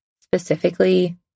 specifically